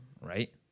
right